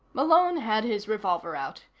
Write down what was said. malone had his revolver out.